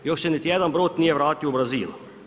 Još se niti jedan brod nije vratio u Brazil.